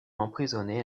emprisonnés